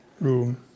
room